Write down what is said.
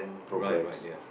right right ya